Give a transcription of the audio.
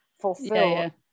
fulfill